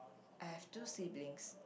I've two siblings